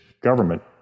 government